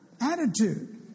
attitude